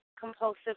compulsive